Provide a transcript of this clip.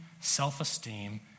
self-esteem